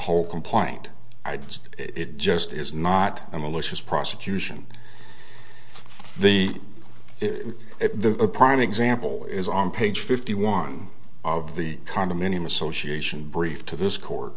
whole complaint i just it just is not a malicious prosecution the the a prime example is on page fifty one of the condominium association brief to this